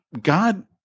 God